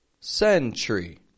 Sentry